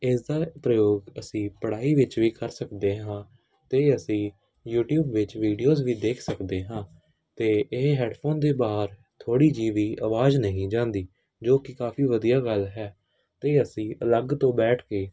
ਇਸ ਦਾ ਪ੍ਰਯੋਗ ਅਸੀਂ ਪੜ੍ਹਾਈ ਵਿੱਚ ਵੀ ਕਰ ਸਕਦੇ ਹਾਂ ਅਤੇ ਅਸੀਂ ਯੂਟੀਊਬ ਵਿੱਚ ਵੀਡੀਓਜ਼ ਵੀ ਦੇਖ ਸਕਦੇ ਹਾਂ ਅਤੇ ਇਹ ਹੈਡਫੋਨ ਦੇ ਬਾਹਰ ਥੋੜ੍ਹੀ ਜਿਹੀ ਵੀ ਆਵਾਜ਼ ਨਹੀਂ ਜਾਂਦੀ ਜੋ ਕਿ ਕਾਫੀ ਵਧੀਆ ਗੱਲ ਹੈ ਅਤੇ ਅਸੀਂ ਅਲੱਗ ਤੋਂ ਬੈਠ ਕੇ